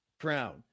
crown